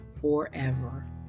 forever